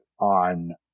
on